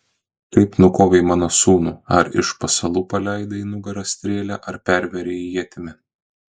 kaip nukovei mano sūnų ar iš pasalų paleidai į nugarą strėlę ar pervėrei ietimi